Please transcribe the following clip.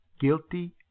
guilty